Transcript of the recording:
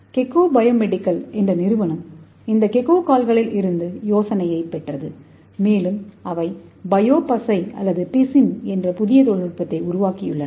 Gecko Biomedical என்ற நிறுவனம் இந்த கெக்கோகால்களிலிருந்து யோசனையைப் பெற்றது மேலும் அவை பயோபசை அல்லது பிசின் என்ற புதிய தொழில்நுட்பத்தை உருவாக்கியுள்ளன